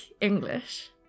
English